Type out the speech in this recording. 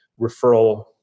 referral